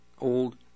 old